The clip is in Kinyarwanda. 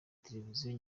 televiziyo